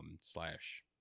slash